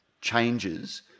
changes